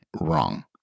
wrong